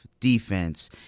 defense